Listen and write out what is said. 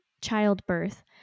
childbirth